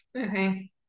okay